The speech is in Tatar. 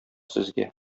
сезгә